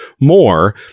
more